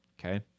okay